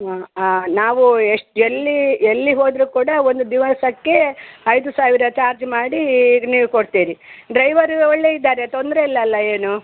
ಹಾಂ ಹಾಂ ನಾವು ಎಷ್ಟು ಎಲ್ಲೀ ಎಲ್ಲಿ ಹೋದರು ಕೂಡ ಒಂದು ದಿವಸಕ್ಕೆ ಐದು ಸಾವಿರ ಚಾರ್ಜ್ ಮಾಡೀ ನೀವು ಕೊಡ್ತೀರಿ ಡ್ರೈವರು ಒಳ್ಳೆ ಇದ್ದಾರೆ ತೊಂದರೆ ಇಲ್ಲಲ್ಲ ಏನು